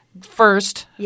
First